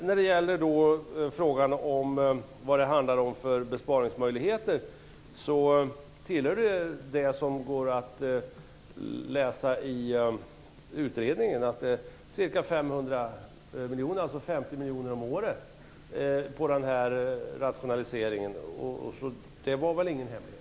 När det gäller besparingsmöjligheterna är det bara att läsa vad som sägs i utredningen. Det handlar om 50 miljoner kronor om året i samband med den här rationaliseringen. Det är väl ingen hemlighet.